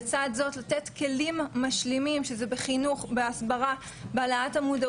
ועל ידי באמת גורמים שמבינים ומכירים את הזירות ואת הסביבות שלהם,